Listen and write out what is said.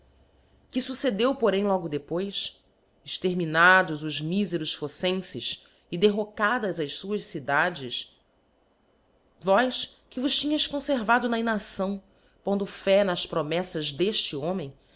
que fuccedeu porém logo depois exterminados os miferos phocenfes e derrocadas as fuás cidades vós que vos tínheis confervado na inacção pondo fé nas promeflas defte homem